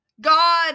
God